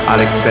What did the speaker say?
Alex